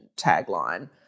tagline